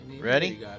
Ready